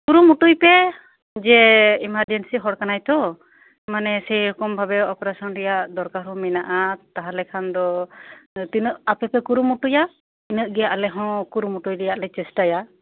ᱠᱩᱨᱩᱢᱩᱴᱩᱭ ᱯᱮ ᱡᱮ ᱮᱢᱟᱨᱡᱮᱱᱥᱤ ᱦᱚᱲ ᱠᱟᱱᱟᱭ ᱛᱳ ᱢᱟᱱᱮ ᱥᱮᱨᱚᱠᱚᱢ ᱵᱷᱟᱵᱮ ᱳᱯᱟᱨᱮᱥᱚᱱ ᱨᱮᱭᱟᱜ ᱫᱚᱨᱠᱟᱨ ᱦᱚᱸ ᱢᱮᱱᱟᱜᱼᱟ ᱛᱟᱦᱚᱞᱮ ᱠᱷᱟᱱ ᱫᱚ ᱛᱤᱱᱟᱹᱜ ᱟᱯᱮ ᱯᱮ ᱠᱩᱨᱩᱢᱩᱴᱩᱭᱟ ᱤᱱᱟᱹᱜ ᱜᱮ ᱟᱞᱮ ᱦᱚᱸ ᱟᱞᱮ ᱦᱚᱸ ᱠᱩᱨᱩᱢᱩᱴᱩ ᱨᱮᱭᱟᱜ ᱞᱮ ᱪᱮᱥᱴᱟᱭᱟ